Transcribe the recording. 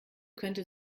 könnte